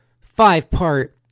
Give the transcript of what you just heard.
five-part